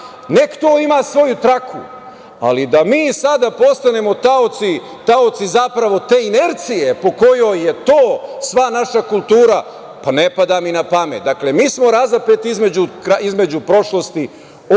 Nek to ima svoju traku, ali da mi sada postanemo taoci zapravo te inercije po kojoj je to sva naša kultura, ne pada mi na pamet. Dakle, mi smo razapeti između prošlosti, ozbiljnog